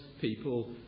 people